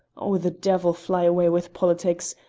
oh, the devil fly away with politics!